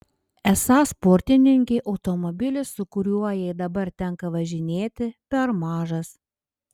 esą sportininkei automobilis su kuriuo jai dabar tenka važinėti per mažas